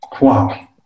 Wow